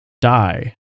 die